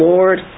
Lord